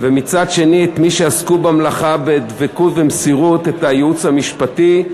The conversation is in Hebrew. ומצד שני את מי שעסקו במלאכה בדבקות ובמסירות: את הייעוץ המשפטי,